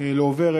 לא עוברת.